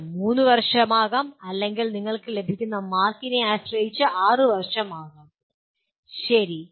ഇത് 3 വർഷമാകാം അല്ലെങ്കിൽ നിങ്ങൾക്ക് ലഭിക്കുന്ന മാർക്കിനെ ആശ്രയിച്ച് 6 വർഷമാകാം ശരി